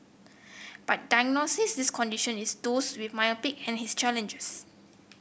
but diagnosing this condition in those with myopia and his challenges